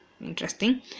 Interesting